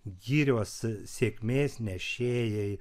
girios sėkmės nešėjai